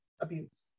abuse